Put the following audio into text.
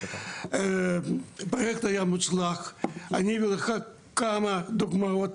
הפרויקט היה מוצלח, אני אביא לך כמה דוגמאות.